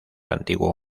antiguo